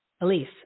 Elise